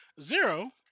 Zero